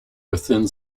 within